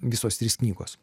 visos trys knygos